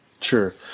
Sure